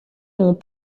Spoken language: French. ont